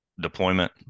deployment